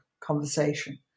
conversation